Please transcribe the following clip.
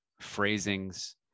phrasings